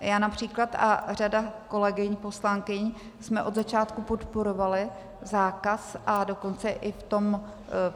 Já například a řada kolegyň poslankyň jsme od začátku podporovaly zákaz, a dokonce i v tom